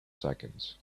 seconds